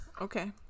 Okay